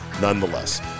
nonetheless